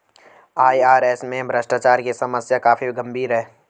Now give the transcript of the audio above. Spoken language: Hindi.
आई.आर.एस में भ्रष्टाचार की समस्या काफी गंभीर है